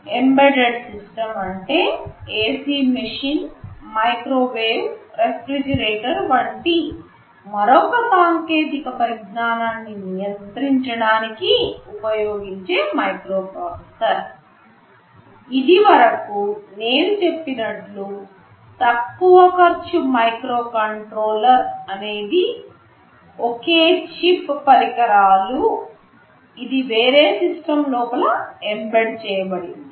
embedded system అంటే AC machine microwave refrigerator వంటి మరొక సాంకేతిక పరిజ్ఞానాన్ని నియంత్రించడానికి ఉపయోగించే మైక్రోప్రాసెసర్ ఇదివరకు నేను చెప్పినట్టు తక్కువ ఖర్చు మైక్రో కంట్రోలర్ అనేది ఒకే చిప్ పరికరాలుఇది వేరే సిస్టమ్ లోపల ఎంబెడ్ చేయబడింది